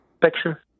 picture